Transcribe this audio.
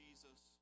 Jesus